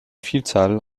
vielzahl